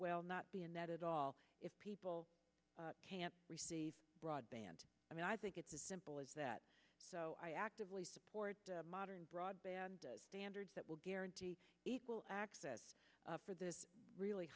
might not be in that at all if people can't receive broadband i mean i think it's as simple as that so i actively support modern broadband standards that will guarantee equal access for this really